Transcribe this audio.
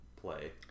play